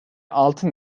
altı